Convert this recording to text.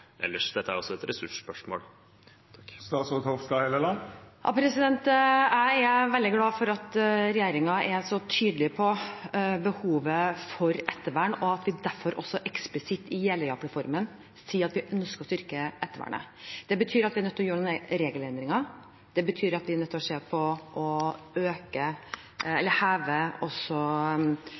ellers. Dette er også et ressursspørsmål. Jeg er veldig glad for at regjeringen er så tydelig på behovet for ettervern, og at vi derfor sier eksplisitt i Jeløya-plattformen at vi ønsker å styrke ettervernet. Det betyr at vi er nødt til å gjøre noen regelendringer. Det betyr at vi er nødt til å se på om vi skal heve